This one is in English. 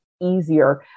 easier